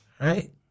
Right